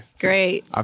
Great